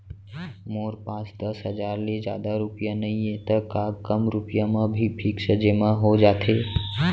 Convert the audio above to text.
मोर पास दस हजार ले जादा रुपिया नइहे त का कम रुपिया म भी फिक्स जेमा हो जाथे?